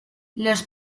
los